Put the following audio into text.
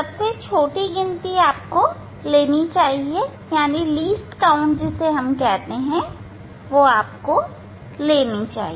सबसे छोटी गिनती आपको लेनी चाहिए